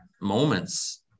moments